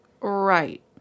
Right